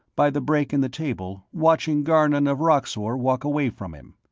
by the break in the table, watching garnon of roxor walk away from him.